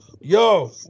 Yo